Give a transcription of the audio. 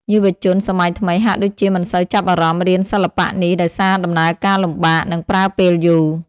យុវជន សម័យថ្មីហាក់ដូចជាមិនសូវចាប់អារម្មណ៍រៀនសិល្បៈនេះដោយសារដំណើរការលំបាក និងប្រើពេលយូរ។